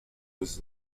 was